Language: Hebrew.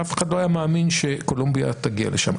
אף אחד לא היה מאמין שקולומביה תגיע לשם.